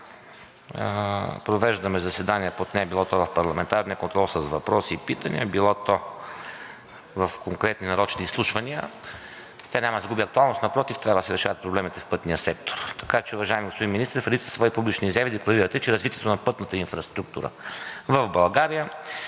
провеждаме заседание по нея, било то в парламентарния контрол с въпроси и питания, било в конкретни нарочни изслушвания, тя няма да загуби актуалност, напротив, трябва да се решават проблемите в пътния сектор. Така че, уважаеми господин Министър, в редица свои публични изяви декларирате, че развитието на пътната инфраструктура в България,